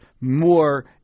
more